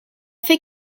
fait